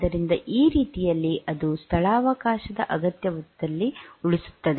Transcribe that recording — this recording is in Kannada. ಆದ್ದರಿಂದ ಈ ರೀತಿಯಲ್ಲಿ ಅದು ಸ್ಥಳಾವಕಾಶದ ಅಗತ್ಯದಲ್ಲಿ ಉಳಿಸುತ್ತದೆ